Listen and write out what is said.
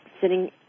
sitting